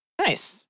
Nice